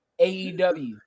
AEW